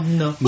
no